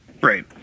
Right